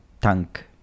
tank